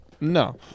No